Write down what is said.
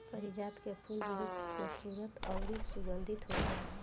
पारिजात के फूल बहुत खुबसूरत अउरी सुगंधित होखेला